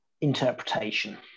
interpretation